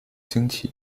晶体